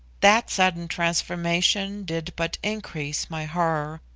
that sudden transformation did but increase my horror,